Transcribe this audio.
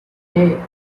hey